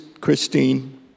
Christine